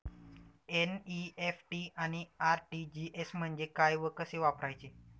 NEFT आणि RTGS म्हणजे काय व कसे वापरायचे?